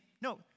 no